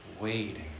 waiting